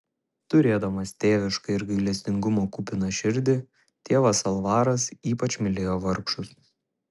turėdamas tėvišką ir gailestingumo kupiną širdį tėvas alvaras ypač mylėjo vargšus